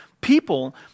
people